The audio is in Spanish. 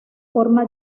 forma